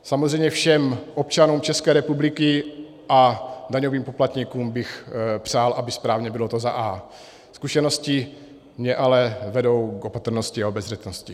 Samozřejmě všem občanům České republiky a daňovým poplatníkům bych přál, aby správně bylo to A. Zkušenosti mě ale vedou k opatrnosti a obezřetnosti.